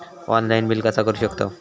Online bill कसा करु शकतव?